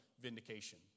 vindication